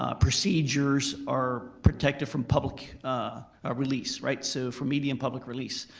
ah procedures, are protected from public ah release, right? so from media and public release.